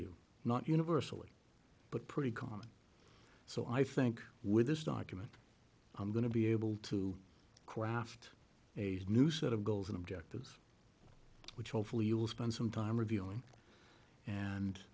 you not universally but pretty common so i think with this document i'm going to be able to craft a new set of goals and objectives which hopefully you'll spend some time reviewing and